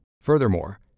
Furthermore